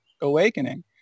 awakening